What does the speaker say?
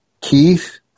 Keith